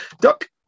Duck